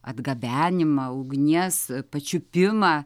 atgabenimą ugnies pačiupimą